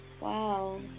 Wow